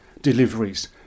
deliveries